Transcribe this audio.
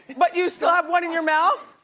but you still have one in your mouth?